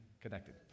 connected